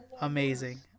amazing